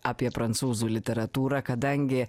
apie prancūzų literatūrą kadangi